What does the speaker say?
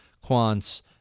quant's